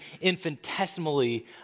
infinitesimally